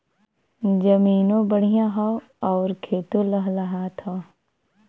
जमीनों बढ़िया हौ आउर खेतो लहलहात हौ